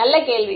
நல்ல கேள்வி